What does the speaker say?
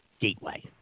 gateway